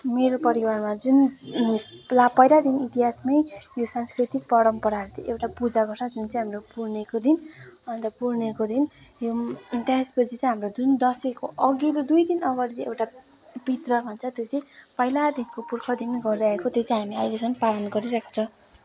मेरो परिवारमा जुन ला पहिलादेखि इतिहासमै यो सांस्कृतिक परम्पराहरू चाहिँ एउटा पूजा गर्छ जुन चाहिँ हाम्रो पुर्णेको दिन अन्त पुर्णेको दिन त्यसपछि चाहिँ हामी जुन दसैँको अघिल्लो दुई दिन अघाडि चोहिँ एउटा पित्र भन्छ त्यो चाहिँ पहिलादेखि को पुर्खा देखिको गर्दै आएको त्यो चाहिँ हामी अहिले सम्म पालन गरिरहेको छ